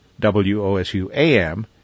WOSU-AM